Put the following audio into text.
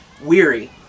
weary